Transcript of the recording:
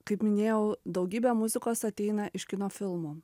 kaip minėjau daugybė muzikos ateina iš kino filmų